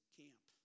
camp